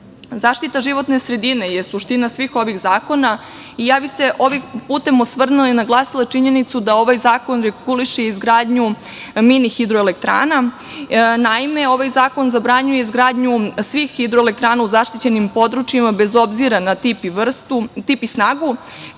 životne sredine je suština svih ovih zakona i ja bih se ovim putem osvrnula i naglasila činjenicu da ovaj zakon reguliše izgradnju mini hidroelektrana. Naime, ovaj zakon zabranjuje izgradnju svih hidroelektrana u zaštićenim područjima, bez obzira na tip i snagu,